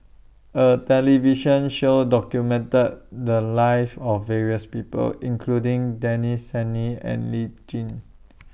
A New television Show documented The Lives of various People including Denis Santry and Lee Tjin